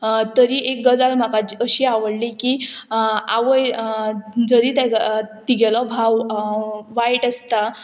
तरी एक गजाल म्हाका अशी आवडली की आवय जरी तेका तिगेलो भाव वायट आसता